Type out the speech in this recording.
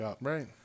right